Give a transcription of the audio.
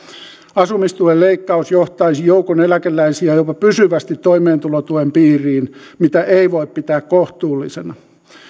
asumistuen leikkaus johtaisi joukon eläkeläisiä jopa pysyvästi toimeentulotuen piiriin mitä ei voi pitää kohtuullisena